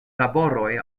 laboroj